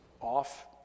off